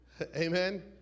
Amen